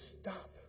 stop